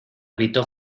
evitó